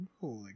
holy